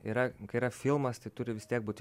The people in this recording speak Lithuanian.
yra kai yra filmas tai turi vis tiek būt